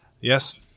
Yes